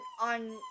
on